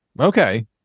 okay